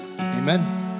Amen